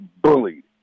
bullied